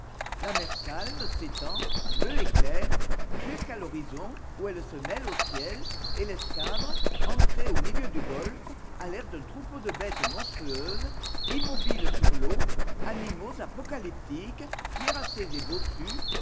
la mer calme s'étend bleue et claire jusqu'à l'horizon où elle se mêle au ciel et l'escadre ancrée au milieu du golfe a l'air d'un troupeau de bêtes monstrueuses immobiles sur l'eau animaux apocalyptiques cuirassés et bossus